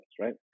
right